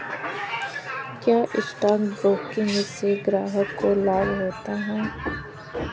क्या stock broking से ग्राहक को लाभ होता है?